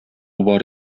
бар